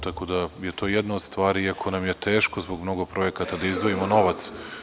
Tako da, to je jedna od stvari, iako nam je teško zbog mnogo projekata da izdvojimo novac.